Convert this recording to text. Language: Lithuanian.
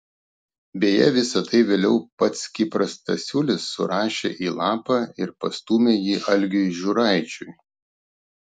beje visa tai vėliau pats kipras stasiulis surašė į lapą ir pastūmė jį algiui žiūraičiui